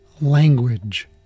language